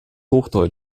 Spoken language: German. hochdeutsch